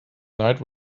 night